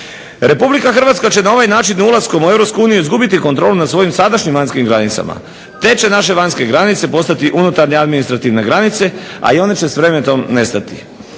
Republika Hrvatska će na ovaj način neulaskom u Europsku uniju izgubiti kontrolu nad svojim sadašnjim vanjskim granicama te će naše vanjske granice postati unutarnje administrativne granice, a i one će s vremenom nestati.